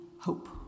hope